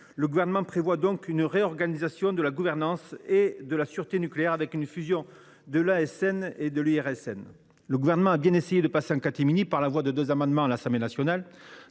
le Gouvernement prévoit donc une réorganisation de la gouvernance de la sûreté nucléaire par le biais de la fusion de l’ASN et de l’IRSN. Le Gouvernement a bien essayé de passer en catimini, en déposant deux amendements à l’Assemblée nationale